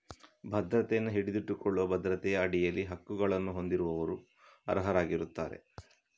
ಭದ್ರತೆಯನ್ನು ಹಿಡಿದಿಟ್ಟುಕೊಳ್ಳುವ ಭದ್ರತೆಯ ಅಡಿಯಲ್ಲಿ ಹಕ್ಕುಗಳನ್ನು ಹೊಂದಿರುವವರು ಅರ್ಹರಾಗಿರುತ್ತಾರೆ